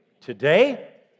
today